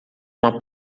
uma